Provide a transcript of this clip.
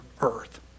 earth